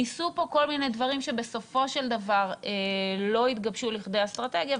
ניסו פה כל מיני דברים שבסופו של דבר לא התגבשו לכדי אסטרטגיה,